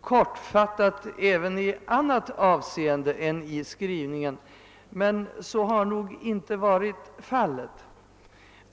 kortfattat även i annat avseende, men så har nog inte varit fallet.